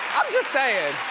i'm just saying.